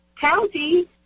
county